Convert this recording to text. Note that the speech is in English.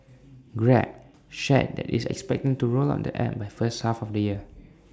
grab shared that it's expecting to roll out the app by first half of the year